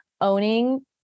owning